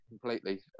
completely